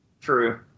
True